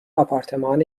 آپارتمان